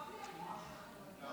שני